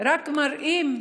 רק מראים,